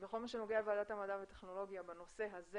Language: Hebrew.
שבכל מה שנוגע לוועדת המדע והטכנולוגיה בנושא הזה